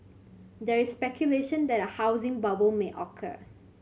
there is speculation that a housing bubble may occur